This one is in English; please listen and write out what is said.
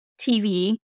TV